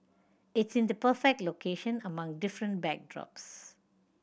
it's in the perfect location among different backdrops